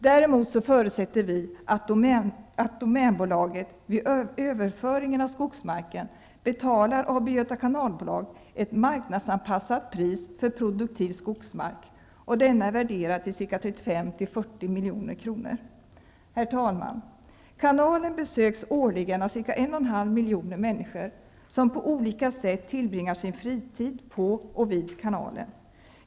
Däremot förutsätter vi att domänbolaget vid överföringen av skogsmarken betalar AB Göta kanalbolag ett marknadsanpassat pris för produktiv skogsmark, vilken är värderad till ca 35--40 milj.kr. Herr talman! Kanalen besöks årligen av ca 1,5 miljoner människor, som på olika sätt tillbringar sin fritid på och vid kanalen.